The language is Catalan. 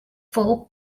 fou